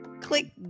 click